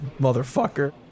motherfucker